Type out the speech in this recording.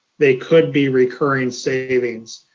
they could be recurring savings.